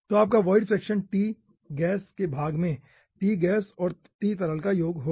तो आपका void fraction t gas के भाग में t गैस और t तरल का योग होगा